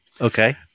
Okay